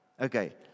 Okay